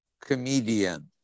comedian